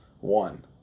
one